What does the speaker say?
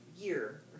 year